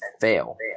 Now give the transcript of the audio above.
fail